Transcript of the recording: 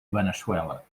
veneçuela